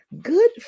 Good